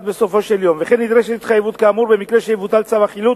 בסופו של יום וכן נדרשת התחייבות כאמור במקרה שיבוטל צו החילוט,